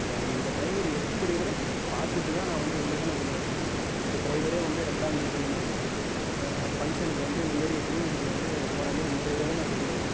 எனக்கு இந்த டிரைவரு எப்படினு பார்த்துட்டுதான் நான் வந்து உங்கள்ட்ட நான் சொல்லுவேன் இந்த டிரைவரே வந்து ரெண்டாந்தேதி வந்து பங்க்ஷனுக்கு வந்து இந்தமாரி தீமிதிக்கு வந்து போகிறமாரி இந்த டிரைவரே நான் சொல்லிடுவேன்